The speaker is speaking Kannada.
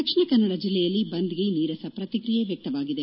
ದಕ್ಷಿಣ ಕನ್ನಡ ಜಿಲ್ಲೆಯಲ್ಲಿ ಬಂದ್ಗೆ ನೀರಸ ಪ್ರತಿಕ್ರಿಯೆ ವ್ಯಕ್ತವಾಗಿದೆ